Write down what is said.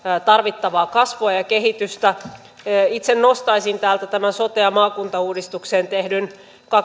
tarvittavaa kasvua ja kehitystä itse nostaisin täältä tämän sote ja maakuntauudistukseen tehdyn